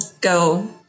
go